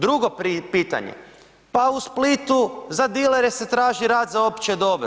Drugo pitanje, pa u Splitu za dilere se traži rad za opće dobro.